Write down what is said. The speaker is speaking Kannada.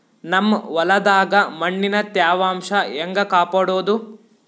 ನಮ್ ಹೊಲದಾಗ ಮಣ್ಣಿನ ತ್ಯಾವಾಂಶ ಹೆಂಗ ಕಾಪಾಡೋದು?